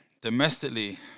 Domestically